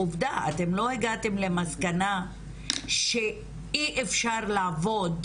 עובדה אתם לא הגעתם למסקנה שאי אפשר לעבוד